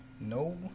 No